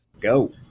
Go